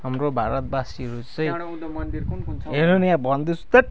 हाम्रो भारतवासीहरू चाहिँ हेर्नु नि यहाँ भन्दैछु हैट्